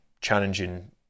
challenging